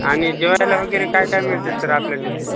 आणि जेवायला वगैरे काय काय मिळतं सर आपल्या तिथे